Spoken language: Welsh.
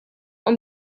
ond